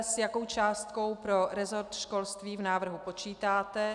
S jakou částkou pro resort školství v návrhu počítáte?